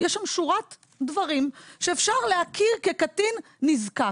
יש שם שורת דברים שאפשר להכיר כקטין נזקק.